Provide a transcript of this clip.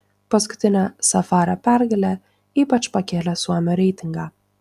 paskutinė safario pergalė ypač pakėlė suomio reitingą